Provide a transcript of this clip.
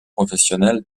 professionnel